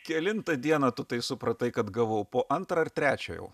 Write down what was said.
kelintą dieną tu tai supratai kad gavau po antrą ar trečią jau